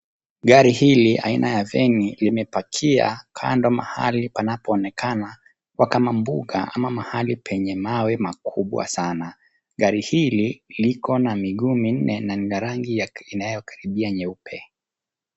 Gari hili aina ya veni limepakia kando mahali panapoonekana kuwa kama mbuga ama mahali penye mawe makubwa sana. Gari hili liko na miguu minne na lina rangi inayokaribia nyeupe.